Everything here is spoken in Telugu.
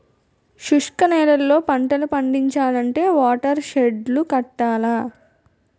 శుష్క నేలల్లో పంటలు పండించాలంటే వాటర్ షెడ్ లు కట్టాల